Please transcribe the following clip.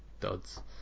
duds